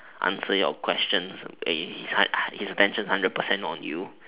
answer your questions his attention hundred percent on you